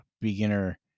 beginner